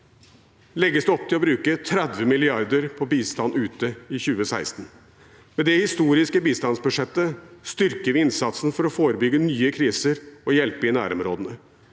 legges det opp til å bruke 30 mrd. kr på bistand ute i 2016. Med det historiske bistandsbudsjettet styrker vi innsatsen for å forebygge nye kriser og hjelpe i nærområdene.